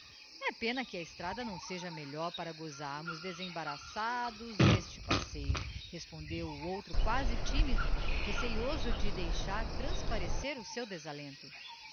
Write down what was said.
pena que a estrada não seja melhor para gosarmos desembaraçados este passeio respondeu o outro quasi timido receioso de deixar transparecer o seu desalento